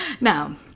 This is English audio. Now